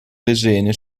lesene